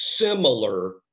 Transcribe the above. similar